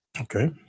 Okay